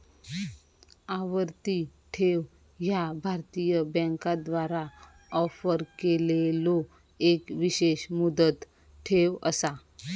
आवर्ती ठेव ह्या भारतीय बँकांद्वारा ऑफर केलेलो एक विशेष मुदत ठेव असा